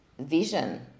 vision